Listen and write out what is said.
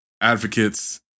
advocates